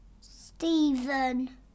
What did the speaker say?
Stephen